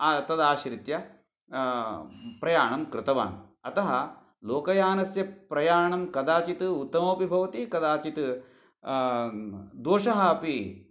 तदाश्रित्य प्रयाणं कृतवान् अतः लोकयानस्य प्रयाणं कदाचित् उत्तममपि भवति कदाचित् दोषः अपि तत्र